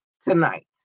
tonight